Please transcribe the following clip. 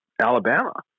Alabama